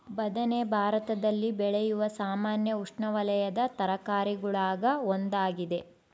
ಬದನೆ ಭಾರತದಲ್ಲಿ ಬೆಳೆಯುವ ಸಾಮಾನ್ಯ ಉಷ್ಣವಲಯದ ತರಕಾರಿಗುಳಾಗ ಒಂದಾಗಿದೆ